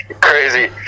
crazy